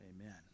Amen